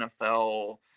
NFL